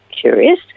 curious